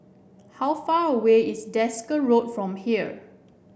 how far away is Desker Road from here